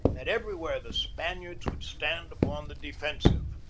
that everywhere the spaniards would stand upon the de fensive.